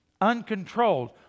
uncontrolled